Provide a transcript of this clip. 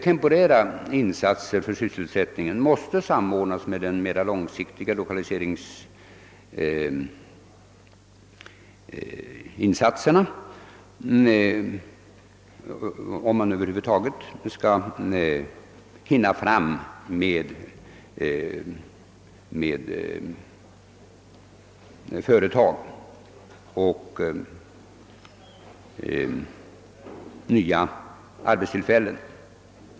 Temporära insatser för sysselsättningen måste samordnas med de mera långsiktiga lokaliseringsinsatserna, om man över huvud taget skall hinna lokalisera företag och skapa nya arbetstillfällen i tid.